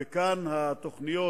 וכאן התוכניות